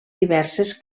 diverses